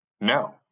no